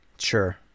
sure